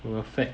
will affect